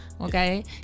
Okay